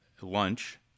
lunch